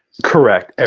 correct. ah